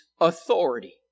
authority